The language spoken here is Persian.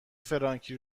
فرانکی